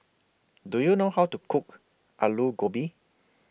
Do YOU know How to Cook Alu Gobi